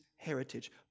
heritage